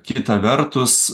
kita vertus